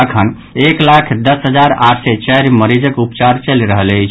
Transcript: अखन एक लाख दस हजार आठ सय चारि मरीजक उपचार चलि रहल अछि